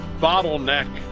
bottleneck